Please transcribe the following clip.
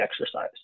exercise